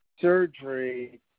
surgery